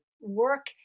work